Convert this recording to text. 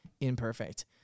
imperfect